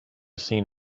seen